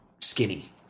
skinny